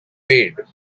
evade